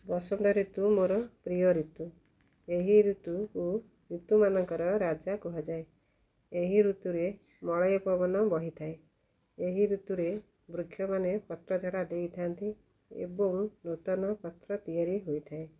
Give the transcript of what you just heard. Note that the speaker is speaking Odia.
ବସନ୍ତ ଋତୁ ମୋର ପ୍ରିୟ ଋତୁ ଏହି ଋତୁକୁ ଋତୁମାନଙ୍କର ରାଜା କୁହାଯାଏ ଏହି ଋତୁରେ ମଳୟ ପବନ ବହିଥାଏ ଏହି ଋତୁରେ ବୃକ୍ଷମାନେ ପତ୍ରଝଡ଼ା ଦେଇଥାନ୍ତି ଏବଂ ନୂତନ ପତ୍ର ତିଆରି ହୋଇଥାଏ